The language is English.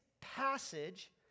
passage